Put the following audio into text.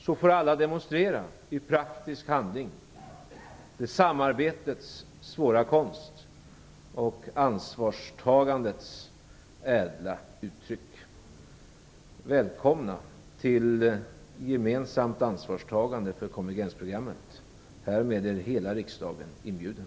Då får alla demonstrera i praktisk handling samarbetets svåra konst och ansvarstagandets ädla uttryck. Välkomna till gemensamt ansvarstagande för konvergensprogrammet! Härmed är hela riksdagen inbjuden.